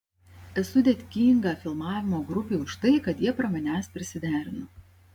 esu dėkinga filmavimo grupei už tai kad jie prie manęs prisiderino